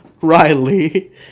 Riley